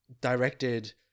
directed